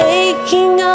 aching